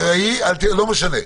לא משנה.